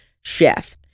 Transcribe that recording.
chef